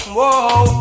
Whoa